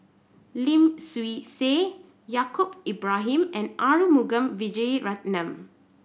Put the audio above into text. Lim Swee Say Yaacob Ibrahim and Arumugam Vijiaratnam